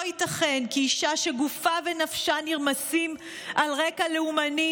לא ייתכן כי אישה שגופה ונפשה נרמסים על רקע לאומני,